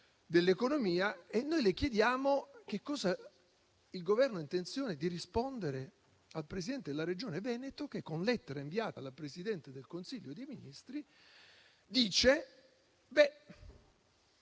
dell'economia, noi le chiediamo che cosa il Governo ha intenzione di rispondere al Presidente della Regione Veneto che, con lettera inviata al Presidente del Consiglio dei ministri,